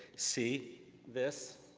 see this